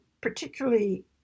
particularly